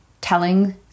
telling